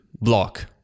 block